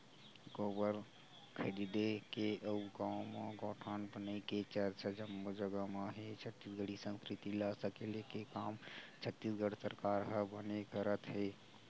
गोबर खरीदे के अउ गाँव म गौठान बनई के चरचा जम्मो जगा म हे छत्तीसगढ़ी संस्कृति ल सकेले के काम छत्तीसगढ़ सरकार ह बने करत हे